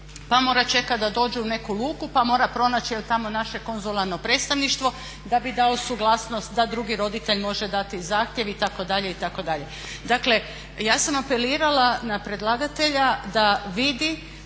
pa mora čekati da dođe u neku luku pa mora pronaći tamo naše konzularno predstavništvo da bi dao suglasnost da drugi roditelj može dati zahtjev itd., itd. Dakle ja sam apelirala na predlagatelja da vidi,